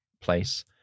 place